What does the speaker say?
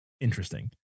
interesting